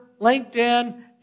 LinkedIn